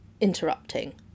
interrupting